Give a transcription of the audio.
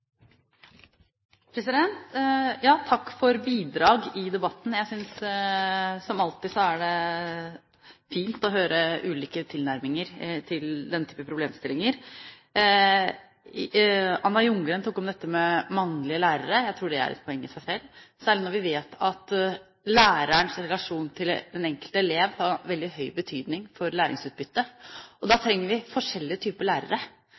fint å høre ulike tilnærminger til denne type problemstillinger. Anna Ljunggren tok opp dette med mannlige lærere. Jeg tror det er et poeng i seg selv, særlig når vi vet at lærerens relasjon til den enkelte elev har veldig stor betydning for læringsutbytte. Da trenger vi forskjellige typer lærere.